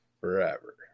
forever